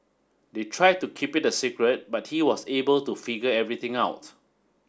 they tried to keep it a secret but he was able to figure everything out